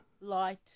Light